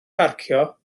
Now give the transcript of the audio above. parcio